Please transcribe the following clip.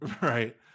Right